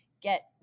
get